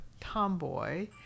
tomboy